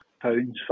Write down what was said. pounds